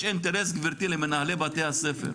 יש אינטרס גברתי למנהלי בתי-הספר,